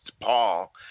Paul